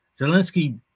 Zelensky